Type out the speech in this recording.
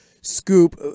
Scoop